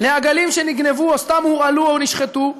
לעגלים שנגנבו או סתם הורעלו או נשחטו.